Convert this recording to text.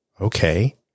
okay